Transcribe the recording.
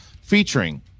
featuring